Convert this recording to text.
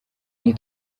nti